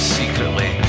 secretly